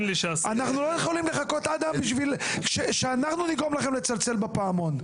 אנחנו לא יכולים לחכות שאנחנו נגרום לכם לצלצל בפעמון.